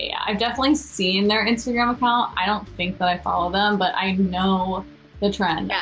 yeah i've definitely seen their instagram account. i don't think that i follow them, but i know the trend. yeah,